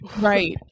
right